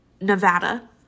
Nevada